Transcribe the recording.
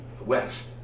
west